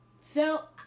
felt